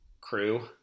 crew